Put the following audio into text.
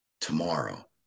tomorrow